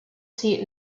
seat